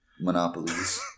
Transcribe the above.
monopolies